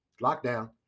lockdown